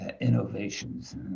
innovations